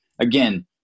Again